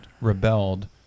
rebelled